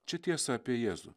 čia tiesa apie jėzų